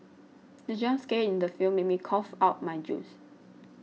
the jump scare in the film made me cough out my juice